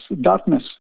darkness